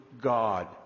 God